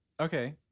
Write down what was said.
Okay